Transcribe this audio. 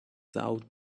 south